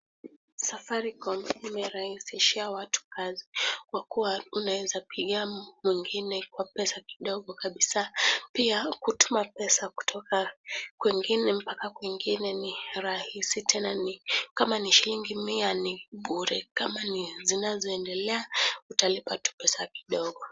Safaricom imerahisishia watu kazi, kwa kuwa, unaweza pigia mwengine kwa pesa kidogo kabisa. Pia, kutuma pesa kutoka kwengine mpaka kwengine ni rahisi tena ni kama ni shilingi mia, ni bure, kama ni zinazoendelea , utalipa tu pesa kidogo.